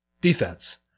Defense